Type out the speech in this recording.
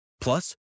Plus